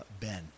Ben